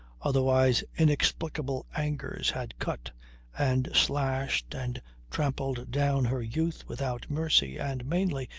otherwise inexplicable angers had cut and slashed and trampled down her youth without mercy and mainly,